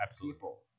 people